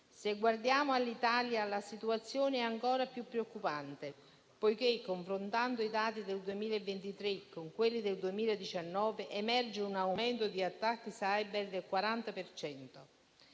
Se guardiamo all'Italia, la situazione è ancora più preoccupante, poiché, confrontando i dati del 2023 con quelli del 2019, emerge un aumento di attacchi *cyber* del 40